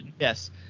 Yes